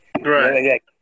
Right